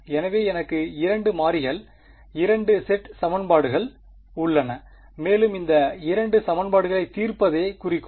எனவே எனக்கு 2 மாறிகளில் 2 செட் சமன்பாடுகள் உள்ளன மேலும் இந்த 2 சமன்பாடுகளை தீர்ப்பதே குறிக்கோள்